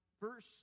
verse